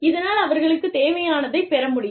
இதனால் அவர்களுக்குத் தேவையானதைப் பெற முடியும்